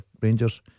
Rangers